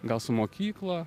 gal su mokykla